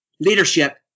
leadership